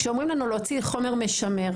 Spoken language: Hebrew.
כשאומרים לנו להוציא חומר משמר,